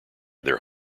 their